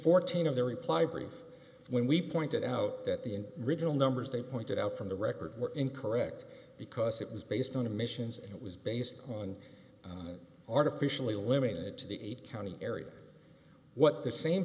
fourteen of their reply brief when we pointed out that the in the original numbers they pointed out from the record were incorrect because it was based on emissions and it was based on an artificially limited to the eight county area what the same